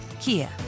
Kia